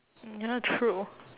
ya true